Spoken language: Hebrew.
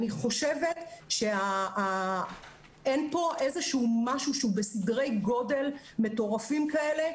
אני חושבת שאין פה משהו שהוא בסדרי גודל מטורפים כאלה,